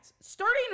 starting